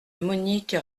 monique